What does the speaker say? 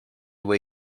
where